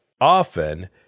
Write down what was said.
Often